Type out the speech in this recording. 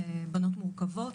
בנות מורכבות,